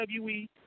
WWE